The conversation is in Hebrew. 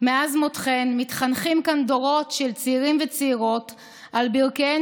מותכן מתחנכים כאן דורות של צעירים וצעירות על ברכיהן